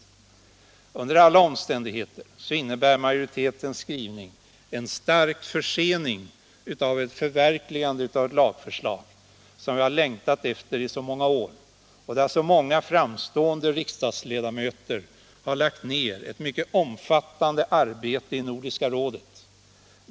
Och under alla omständigheter innebär utskottsmajoritetens skrivning en stark försening av det lagförslag som vi har längtat efter i så många år och som så många framstående riksdagsledamöter har lagt ned ett omfattande arbete på i Nordiska rådet.